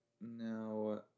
No